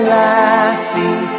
laughing